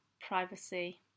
privacy